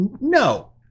no